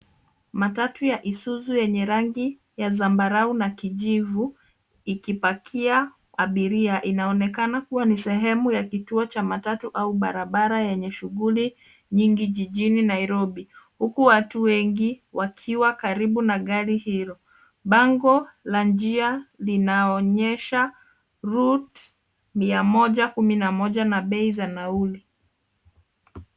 Matatu ya Isuzu yenye rangi ya zambarau na kijivu ikipakia abiria. Inaonekana kuwa ni sehemu ya kituo cha matatu au barabara yenye shughuli nyingi, jijini Nairobi huku watu wengi wakiwa karibu na gari hilo. Bango linaonyesha route 111 na bei za nauli.